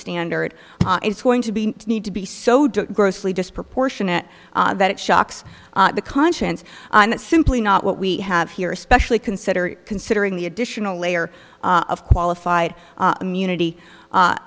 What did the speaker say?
standard is going to be need to be so to grossly disproportionate that it shocks the conscience and that's simply not what we have here especially considering considering the additional layer of qualified immunity